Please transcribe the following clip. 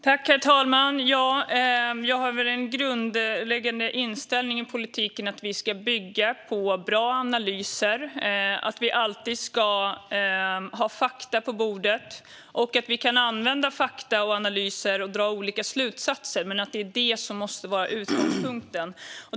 Herr talman! Jag har den grundläggande inställningen i politiken att vi ska bygga på bra analyser, att vi alltid ska ha fakta på bordet och att vi kan använda fakta och analyser och dra olika slutsatser. Detta måste vara utgångspunkten.